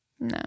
No